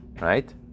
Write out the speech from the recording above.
right